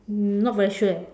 um not very sure eh